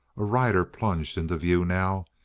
a rider plunged into view now,